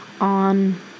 on